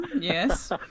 Yes